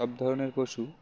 সব ধরনের পশু